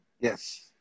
Yes